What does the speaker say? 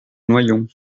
noyon